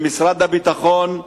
ומשרד הביטחון,